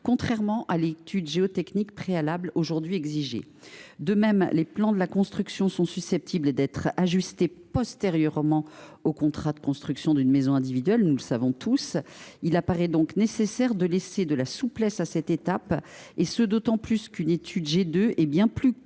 par rapport à l’étude géotechnique préalable exigée dans le droit en vigueur. De même, les plans de la construction sont susceptibles d’être ajustés postérieurement à la signature du contrat de construction d’une maison individuelle, nous le savons tous. Il apparaît donc nécessaire de laisser de la souplesse à cette étape, d’autant plus qu’une étude G2 est bien plus coûteuse